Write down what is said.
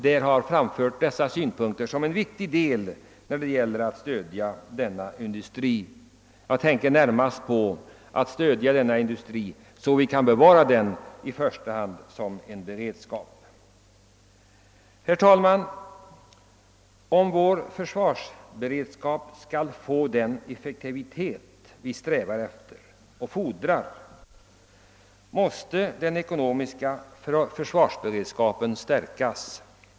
Detta har framhållits som en viktig del av strävandena att stödja industrin, så att vi får behålla den, i första hand som en beredskap. Herr talman! Om vår försvarsberedskap skall få den effektivitet vi strävar efter och fordrar, måste den ekonomiska försvarsberedskapen stärkas.